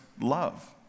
love